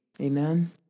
Amen